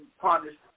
punished